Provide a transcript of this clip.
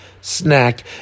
snack